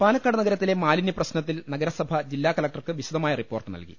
പാലക്കാട് നഗരത്തിലെ മാലിന്യപ്രശ്നത്തിൽ നഗരസഭ ജില്ലാ കളക്ടർക്ക് വിശദമായ റിപ്പോർട്ട് നൽകി